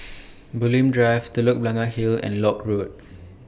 Bulim Drive Telok Blangah Hill and Lock Road